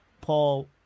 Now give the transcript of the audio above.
Paul